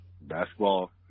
Basketball